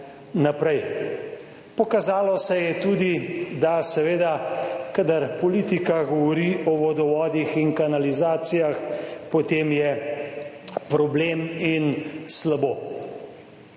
naprej. Pokazalo se je tudi, da seveda, kadar politika govori o vodovodih in kanalizacijah, potem je problem in slabo.